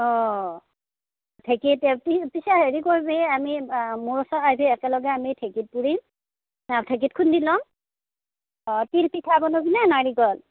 অ' ঢেকীত পিছে হেৰি কৰিবি আমি আ মোৰ ওচৰত আহিবি একেলগে আমি ঢেকীত পূৰিম আ ঢেকিত খুন্দি ল'ম অ তিলপিঠা বনাবিনে নাৰিকল